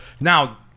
Now